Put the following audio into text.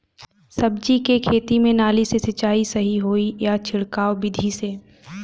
सब्जी के खेती में नाली से सिचाई सही होई या छिड़काव बिधि से?